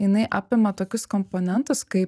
jinai apima tokius komponentus kaip